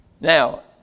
Now